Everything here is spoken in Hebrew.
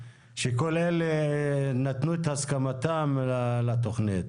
שכל אלה נתנו את הסכמתם לתכנית.